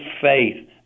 faith